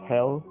Hell